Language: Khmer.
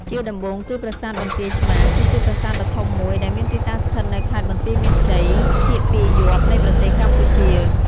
ជាដំបូង គឺប្រាសាទបន្ទាយឆ្មារ គឺជាប្រាសាទដ៏ធំមួយដែលមានទីតាំងស្ថិតនៅខេត្តបន្ទាយមានជ័យ ភាគពាយព្យនៃប្រទេសកម្ពុជា។